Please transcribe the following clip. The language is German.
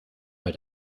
bei